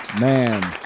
Man